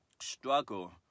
struggle